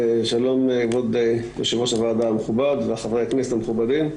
שלום כבוד יו"ר הוועדה המכובד וחברי הכנסת המכובדים.